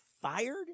fired